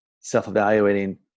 self-evaluating